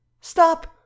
Stop